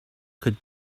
could